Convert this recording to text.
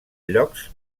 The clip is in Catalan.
llocs